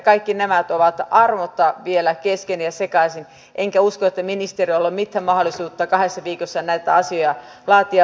kaikki nämä ovat armotta vielä kesken ja sekaisin enkä usko että ministeriöllä on mitään mahdollisuutta kahdessa viikossa näitä asioita laatia valmiiksi